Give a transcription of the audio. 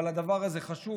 אבל הדבר הזה חשוב.